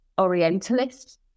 Orientalist